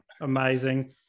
amazing